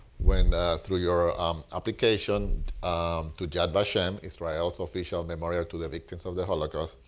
when through your ah um application to yeah but um israel's official memorial to the victims of the holocaust,